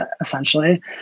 essentially